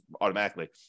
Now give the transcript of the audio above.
automatically